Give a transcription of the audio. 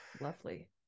Lovely